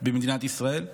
במדינת ישראל.